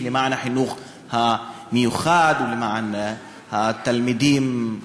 למען החינוך המיוחד ולמען תלמידים